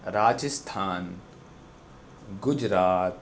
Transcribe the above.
Rajasthan Gujarat